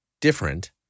different